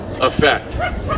effect